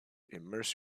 immerse